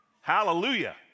Hallelujah